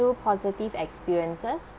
two positive experiences